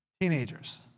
teenagers